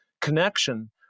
connection